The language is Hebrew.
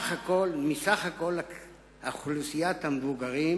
מכלל אוכלוסיית המבוגרים,